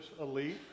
elite